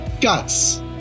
Guts